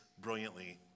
brilliantly